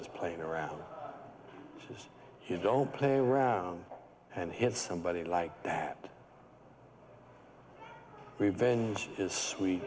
just playing around because you don't play around and hit somebody like that revenge is swee